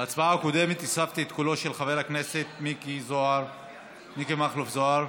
בהצבעה הקודמת הוספתי את קולו של חבר הכנסת מיקי מכלוף זוהר.